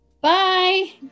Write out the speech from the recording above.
Bye